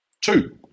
Two